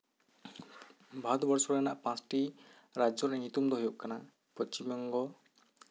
ᱵᱷᱟᱨᱚᱛᱵᱚᱨᱥᱚ ᱨᱮᱱᱟᱜ ᱯᱟᱸᱪᱴᱤ ᱨᱟᱡᱡᱚ ᱨᱮᱱᱟᱜ ᱧᱩᱛᱩᱢ ᱫᱚ ᱦᱩᱭᱩᱜ ᱠᱟᱱᱟ ᱯᱚᱪᱪᱷᱤᱢᱵᱚᱝᱜᱚ